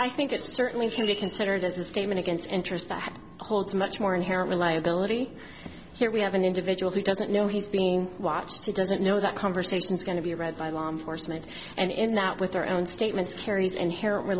i think it certainly can be considered as a statement against interest that holds much more inherent reliability here we have an individual who doesn't know he's being watched he doesn't know that conversation is going to be read by law enforcement and in out with their own statements carries inherent